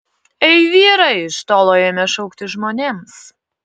ei vyrai iš tolo ėmė šaukti žmonėms